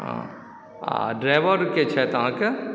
आओर ड्राइवर के छथि अहाँके